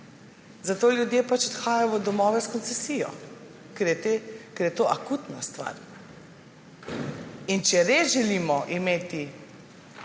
Zato ljudje odhajajo v domove s koncesijo, ker je to akutna stvar. Če res želimo imeti,